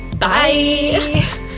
Bye